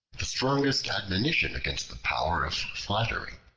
the strongest admonition against the power of flattery.